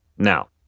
Now